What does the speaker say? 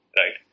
right